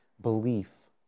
belief